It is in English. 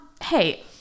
Hey